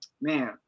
man